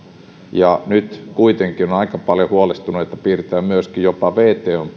ja nyt kuitenkin on aika paljon huolestuneita piirteitä myöskin jopa wton